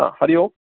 हा हरिः ओं